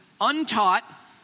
untaught